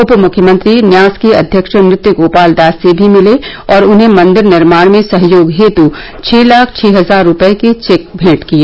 उप मुख्यमंत्री न्यास के अध्यक्ष नृत्य गोपाल दास से भी मिले और उन्हें मंदिर निर्माण में सहयोग हेतु छः लाख छः हजार रूपए के चेक भेंट किए